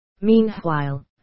Meanwhile